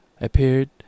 appeared